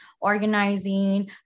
organizing